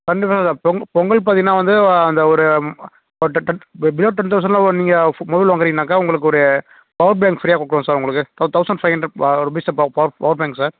கண்டிப்பாக சார் பொ பொங்கல் பார்த்தீங்கன்னா வந்து அந்த ஒரு டென் டென் பிலோ டென் தெளசண்டில் நீங்கள் மொபைல் வாங்கினீங்கனாக்க உங்களுக்கு ஒரு பவர் பேங்க் ஃபிரீயாக கொடுக்குறோம் சார் உங்களுக்கு த்தா thousand five hundred rupees power bank sir